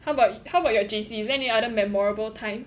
how about how about your J_C is there any other memorable time